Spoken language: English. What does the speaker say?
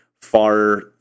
far